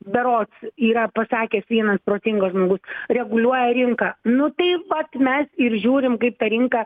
berods yra pasakęs vienas protingas žmogus reguliuoja rinka nu tai vat mes ir žiūrim kaip ta rinka